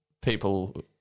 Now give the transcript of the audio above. People